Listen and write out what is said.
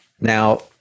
Now